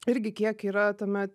irgi kiek yra tame